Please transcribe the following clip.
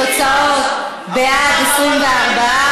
התוצאות: בעד, 24,